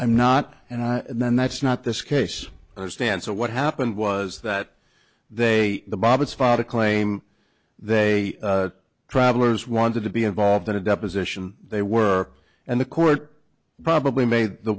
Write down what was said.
i'm not and then that's not this case stance of what happened was that they the bobbins filed a claim they travellers wanted to be involved in a deposition they were and the court probably made the